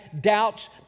doubts